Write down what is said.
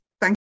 Thank